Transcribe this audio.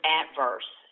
adverse